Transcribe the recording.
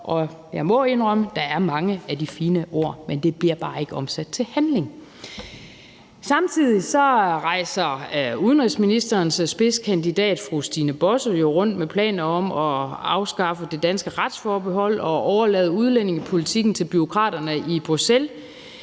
og jeg må indrømme, at der er mange fine ord, men de bliver bare ikke omsat til handling. Samtidig rejser udenrigsministerens spidskandidat, fru Stine Bosse, rundt med planer om at afskaffe det danske retsforbehold og overlade udlændingepolitikken til bureaukraterne i Bruxelles.